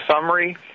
summary